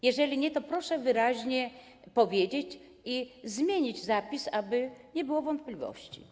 Jeżeli nie, to proszę to wyraźnie powiedzieć i zmienić zapis tak, aby nie było wątpliwości.